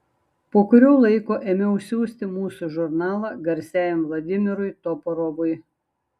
po kurio laiko ėmiau siųsti mūsų žurnalą garsiajam vladimirui toporovui